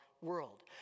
world